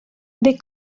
they